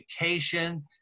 education